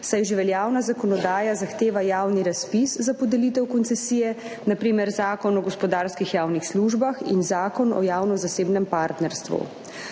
saj že veljavna zakonodaja zahteva javni razpis za podelitev koncesije, na primer Zakon o gospodarskih javnih službah in Zakon o javno-zasebnem partnerstvu.